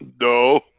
No